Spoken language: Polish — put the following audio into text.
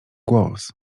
głos